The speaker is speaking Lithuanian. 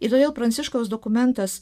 ir todėl pranciškaus dokumentas